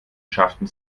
schafften